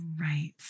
Right